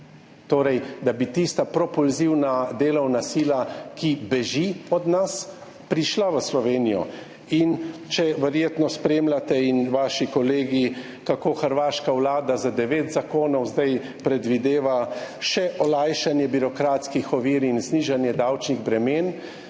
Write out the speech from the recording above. torej da bi tista propulzivna delovna sila, ki beži od nas, prišla v Slovenijo. Verjetno spremljate, in vaši kolegi, kako hrvaška vlada za devet zakonov zdaj predvideva še olajšanje birokratskih ovir in znižanje davčnih bremen,